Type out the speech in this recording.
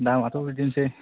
दामआथ' बिदिनोसै